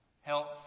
Health